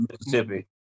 Mississippi